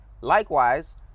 Likewise